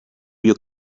your